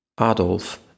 Adolf